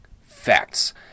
facts